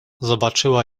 zobaczyła